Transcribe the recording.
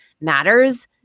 matters